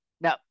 Now